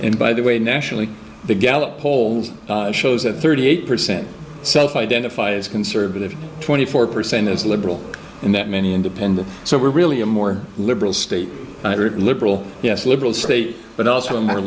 in by the way nationally the gallup poll shows that thirty eight percent self identify as conservative twenty four percent is liberal and that many independent so we're really a more liberal state liberal yes liberal state but also i'm